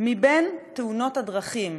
מבין תאונות הדרכים